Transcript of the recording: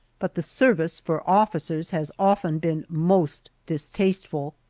but the service for officers has often been most distasteful.